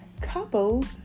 couples